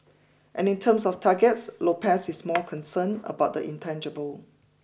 and in terms of targets Lopez is more concerned about the intangible